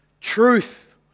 truth